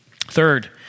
Third